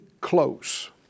close